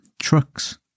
trucks